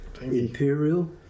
Imperial